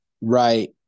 Right